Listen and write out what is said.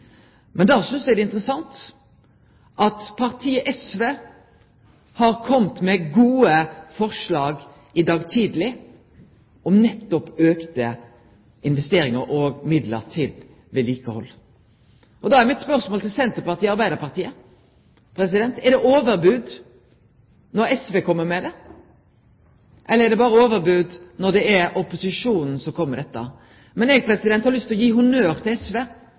synest eg det er interessant at partiet SV kom med gode forslag i dag tidleg om nettopp auka investeringar og midlar til vedlikehald. Da er mitt spørsmål til Senterpartiet og Arbeidarpartiet: Er det overbod når SV kjem med det, eller er det berre overbod når det er opposisjonen som kjem med dette? Eg har lyst til å gje honnør til SV